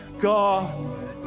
God